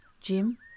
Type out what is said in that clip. Jim